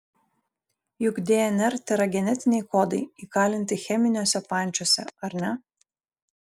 juk dnr tėra genetiniai kodai įkalinti cheminiuose pančiuose ar ne